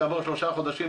כעבור שלושה חודשים,